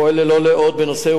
פועל ללא לאות בנושא,